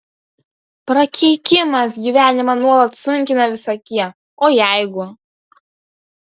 prakeikimas gyvenimą nuolat sunkina visokie o jeigu